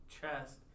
chest